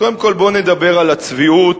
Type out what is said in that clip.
קודם כול, בוא נדבר על הצביעות